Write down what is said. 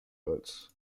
boats